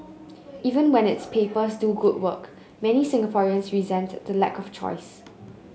even when its papers do good work many Singaporeans resent the lack of choice